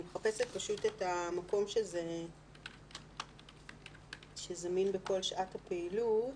אני מחפשת את המקום שכתוב זמין בכל שעת הפעילות.